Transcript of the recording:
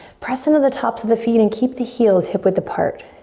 press into the tops of the feet and keep the heels hip width apart.